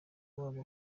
wabo